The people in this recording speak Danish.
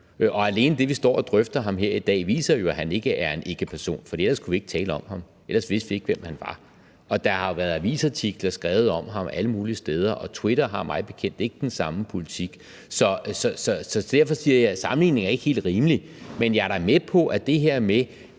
at vi står og drøfter ham her i dag, viser jo, at han ikke er en ikkeperson, for ellers kunne vi ikke tale om ham, og ellers vidste vi ikke, hvem han var. Der har jo været avisartikler skrevet om ham alle mulige steder, og Twitter har mig bekendt ikke den samme politik. Derfor siger jeg, at sammenligningen ikke er helt rimelig, men jeg er da med på, at det her med